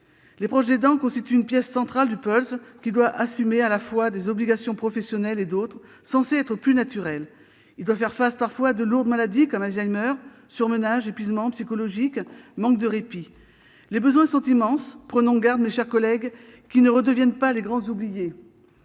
Les proches aidants constituent une pièce centrale du puzzle : ils doivent assumer à la fois des obligations professionnelles et d'autres, censées être plus « naturelles ». Ils doivent parfois faire face à de lourdes maladies comme Alzheimer. Surmenage, épuisement psychologique, manque de répit : les besoins sont immenses. Prenons garde, mes chers collègues, qu'ils ne redeviennent pas les grands oubliés.